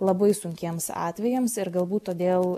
labai sunkiems atvejams ir galbūt todėl